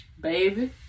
Baby